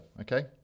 Okay